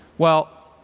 well,